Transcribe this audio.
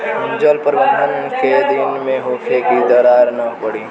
जल प्रबंधन केय दिन में होखे कि दरार न पड़ी?